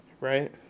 Right